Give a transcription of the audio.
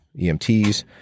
EMTs